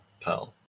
Pearl